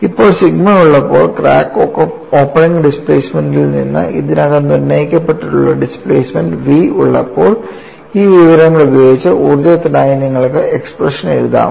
ഇപ്പോൾ സിഗ്മ ഉള്ളപ്പോൾ crack opening ഡിസ്പ്ലേസ്മെന്റിൽ നിന്ന് ഇതിനകം നിർണ്ണയിക്കപ്പെട്ടിട്ടുള്ള ഡിസ്പ്ലേസ്മെന്റ് v ഉള്ളപ്പോൾ ഈ വിവരങ്ങളുപയോഗിച്ച് ഊർജ്ജത്തിനായി നിങ്ങൾക്ക് എക്സ്പ്രഷൻ എഴുതാമോ